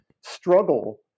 struggle